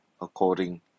according